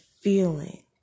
feeling